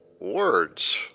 words